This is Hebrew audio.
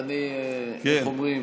השר אמסלם, אני, איך אומרים?